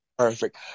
Perfect